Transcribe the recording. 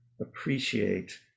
appreciate